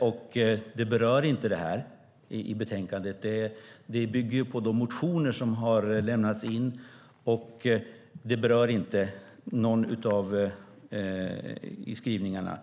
De siffrorna berörs inte i betänkandet. Betänkandet bygger på de motioner som har väckts, och dessa frågor finns inte med i skrivningarna.